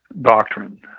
doctrine